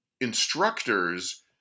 instructors